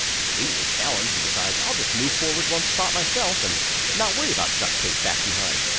and is immediately challenged and decides i'll just move forward one spot myself and not worry about ducktape back behind.